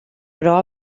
però